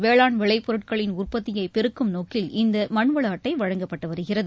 வேளாண் விளைப்பொருட்களின் உற்பத்தியை பெருக்கும் நோக்கில் இந்த மண்வள அட்டை வழங்கப்பட்டு வருகிறது